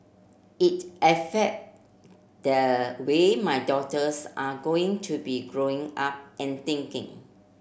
it affect the way my daughters are going to be Growing Up and thinking